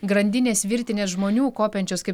grandinės virtinės žmonių kopiančios kaip